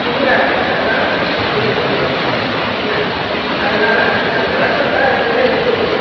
சுகுராக இருக்குது அதனால் வீட்டில் எங்கேயும் வைக்க முடியாது என்ன அதனால் நான் நிலத்துல தான் எதுவும் வைக்க முடியும்